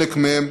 בחלק מהם